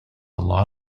law